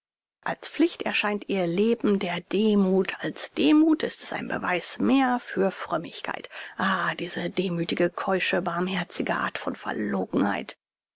als pflicht erscheint ihr leben der demuth als demuth ist es ein beweis mehr für frömmigkeit ah diese demüthige keusche barmherzige art von verlogenheit